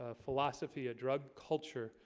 ah philosophy a drug culture.